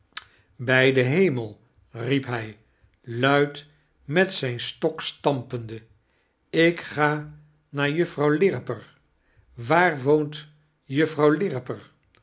bij den heme riep h luid met zijn stok stampende ik ga naar juffrouw lirriper wdar woont juffrouw